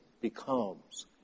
becomes